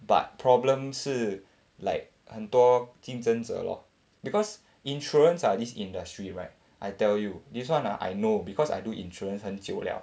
but problem 是 like 很多竞争者 lor because insurance ah this industry right I tell you this one ah I know because I do insurance 很久 liao